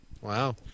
Wow